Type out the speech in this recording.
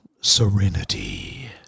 serenity